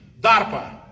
DARPA